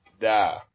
die